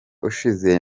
ushize